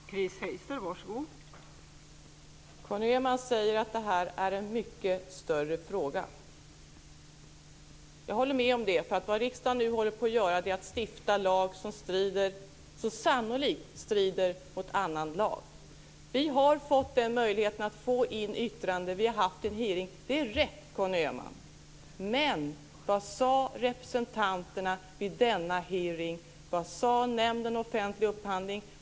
Fru talman! Conny Öhman säger att detta är en mycket större fråga. Jag håller med om det. Riksdagen håller nu på att stifta lag som sannolikt strider mot annan lag. Vi har fått möjlighet att få in yttranden. Vi har haft en hearing. Det är rätt, Conny Öhman. Men vad sade representanterna vid denna hearing? Vad sade Nämnden för offentlig upphandling?